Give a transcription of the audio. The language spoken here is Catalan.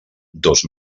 dos